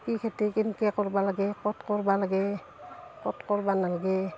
কি খেতি কেনেকে কৰবা লাগে ক'ত কৰবা লাগে ক'ত কৰবা নালগে